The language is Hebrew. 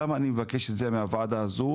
למה אני מבקש את זה מהוועדה הזו?